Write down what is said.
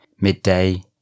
midday